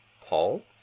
Paul